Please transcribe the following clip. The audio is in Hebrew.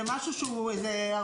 זה משהו שהוא היערכות.